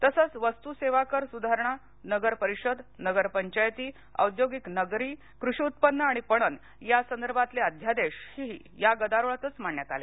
तसच वस्तू सेवा कर सुधारणा नगर परिषद नगर पंचायती औद्योगिक नागरी कृषी उत्पन्न आणि पणन या संदर्भातले अध्यादेश ही या गदारोळातच मांडण्यात आले